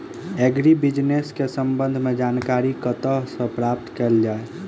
Agri business केँ संबंध मे जानकारी कतह सऽ प्राप्त कैल जाए?